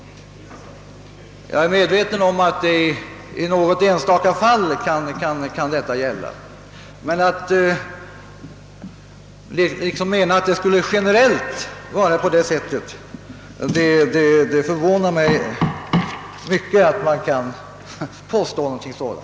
Jag är medveten om att detta kan gälla i något enstaka fall, men det förvånar mig att någon kan påstå, att det kan gälla generellt.